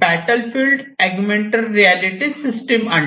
battle field augmented reality system आणली